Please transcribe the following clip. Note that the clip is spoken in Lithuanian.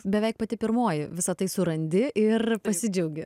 beveik pati pirmoji visa tai surandi ir pasidžiaugi